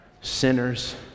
sinners